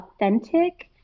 authentic